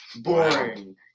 Boring